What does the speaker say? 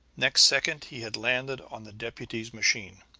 next second he had landed on the deputy's machine.